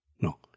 no